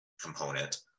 component